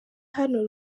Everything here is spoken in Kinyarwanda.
hano